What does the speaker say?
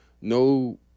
no